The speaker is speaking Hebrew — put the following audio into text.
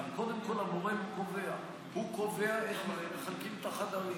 אבל קודם כול המורה קובע: הוא קובע איך מחלקים את החדרים,